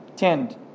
Tend